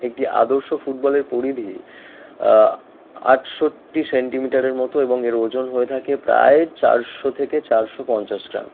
একটি আদর্শ ফুটবলের পরিধি আটষট্টি সেন্টিমিটারের মতো এবং এর ওজন হয়ে থাকে প্রায় চারশো থেকে চারশো পঞ্চাশ গ্রাম